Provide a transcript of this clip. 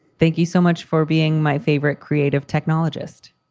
thank you so much for being my favorite creative technologist